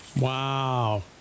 Wow